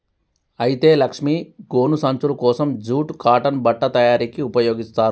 అయితే లక్ష్మీ గోను సంచులు కోసం జూట్ కాటన్ బట్ట తయారీకి ఉపయోగిస్తారు